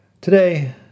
Today